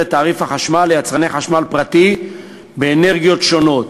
תעריף החשמל ליצרני חשמל פרטי באנרגיות שונות.